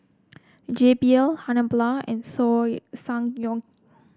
J B L Habhal and soil Ssangyong